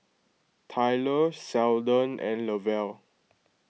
Tylor Seldon and Lavelle